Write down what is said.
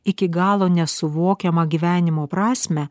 iki galo nesuvokiamą gyvenimo prasmę